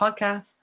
podcast